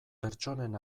pertsonen